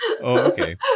okay